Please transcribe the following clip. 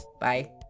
Bye